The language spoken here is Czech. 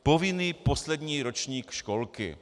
Povinný poslední ročník školky.